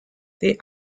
the